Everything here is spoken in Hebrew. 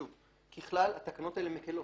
שוב, ככלל, התקנות האלה מקלות.